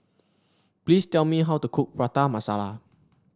please tell me how to cook Prata Masala